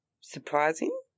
surprising